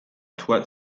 toit